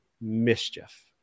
mischief